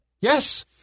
Yes